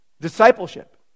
discipleship